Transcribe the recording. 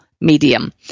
medium